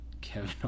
Kevin